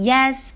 Yes